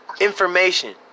information